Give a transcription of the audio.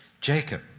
Jacob